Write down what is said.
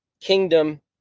kingdom